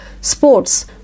sports